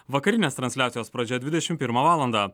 vakarinės transliacijos pradžia dvidešim pirmą valandą